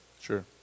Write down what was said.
Sure